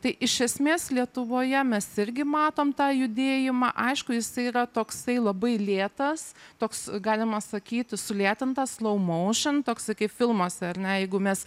tai iš esmės lietuvoje mes irgi matom tą judėjimą aišku jisai yra toksai labai lėtas toks galima sakyti sulėtintas laumoušin toks kaip filmuose ar ne jeigu mes